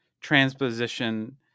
transposition